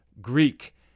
Greek